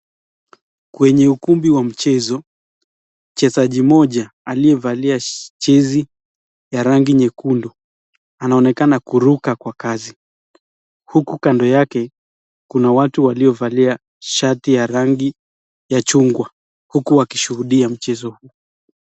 Kwenye ukumbi wa michezo, mchezaji mmoja aliyevalia jezi ya rangi nyekundu anaonekana kuruka kwa kasi huku kando yake kuna watu waliovalia shati ya rangi ya chungwa huku wakishuhudia mchezo huu.